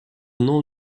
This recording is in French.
nom